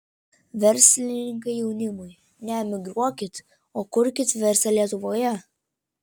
verslininkai jaunimui neemigruokit o kurkit verslą lietuvoje